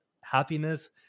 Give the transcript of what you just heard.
happiness